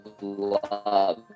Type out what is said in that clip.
love